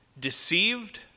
deceived